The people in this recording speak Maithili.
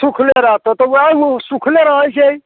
सुखले रहतौ तऽ ओएह ओ सुखले रहैत छै